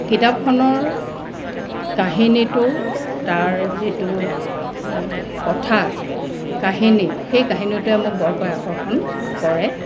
কিতাপখনৰ কাহিনীটো তাৰ যিটো কথা কাহিনী সেই কাহিনীটোৱে মোক বৰকৈ আকৰ্ষণ কৰে